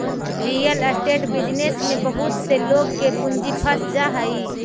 real estate business में बहुत से लोग के पूंजी फंस जा हई